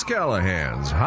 Callahan's